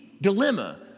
dilemma